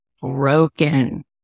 broken